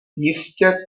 jistě